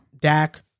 Dak